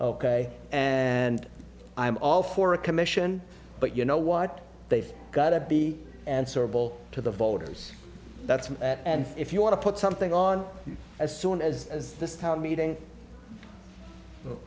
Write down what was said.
k and i'm all for a commission but you know what they've got to be answerable to the voters that's me and if you want to put something on as soon as this town meeting